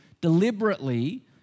deliberately